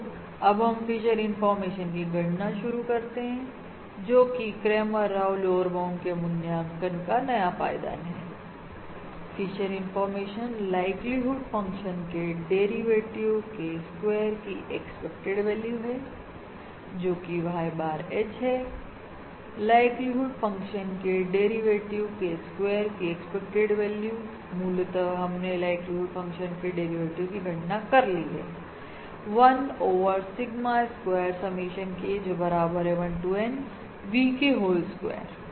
तो अब हम फिशर इंफॉर्मेशन की गणना से शुरू करते हैं जोकि क्रैमर राव लोअर बाउंड के मूल्यांकन का नया पायदान है फिशर इंफॉर्मेशन लाइक्लीहुड फंक्शन के डेरिवेटिव के स्क्वायर की एक्सपेक्टेड वैल्यू है जोकि Y bar H है लाइक्लीहुड फंक्शन के डेरिवेटिव के स्क्वायर की एक्सपेक्टेड वैल्यू मूलत हम ने लाइक्लीहुड फंक्शन के डेरिवेटिव की गणना कर ली है 1 over sigma square summation K जो बराबर हैं 1 to N VK whole square